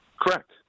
Correct